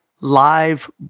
live